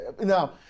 Now